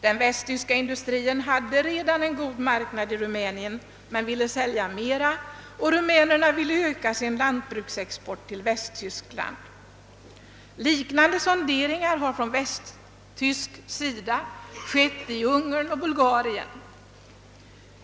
Den västtyska industrin hade redan en god marknad i Rumänien men ville sälja mer, och rumänerna ville öka sin lantbruksexport till Västtyskland. Liknande sonderingar från västtysk sida har skett i Ungern och Bulgarien.